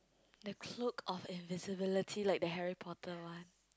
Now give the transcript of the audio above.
the cloak of invisibility like the Harry-Potter one